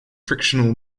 frictional